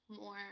more